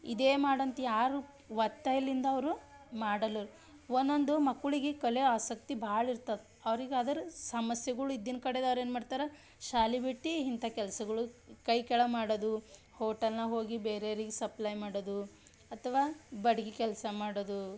ಇದೇ ಮಾಡು ಅಂತ ಯಾರೂ ಒತ್ತಾಯ್ದಿಂದ ಅವರು ಮಾಡಲೋರು ಒಂದೊಂದು ಮಕ್ಳುಗೆ ಕಲೆ ಆಸಕ್ತಿ ಭಾಳ ಇರ್ತದೆ ಅವ್ರಿಗೆ ಅದರ ಸಮಸ್ಯೆಗಳು ಇದ್ದಿದ್ ಕಡೆದು ಅವ್ರು ಏನು ಮಾಡ್ತಾರೆ ಶಾಲೆ ಬಿಟ್ಟು ಇಂಥ ಕೆಲ್ಸಗಳು ಕೈ ಕೆಳಗೆ ಮಾಡೋದು ಹೋಟಲ್ನಾಗ ಹೋಗಿ ಬೇರೆಯರಿಗೆ ಸಪ್ಲೈ ಮಾಡೋದು ಅಥವಾ ಬಡ್ಗೆ ಕೆಲಸ ಮಾಡೋದು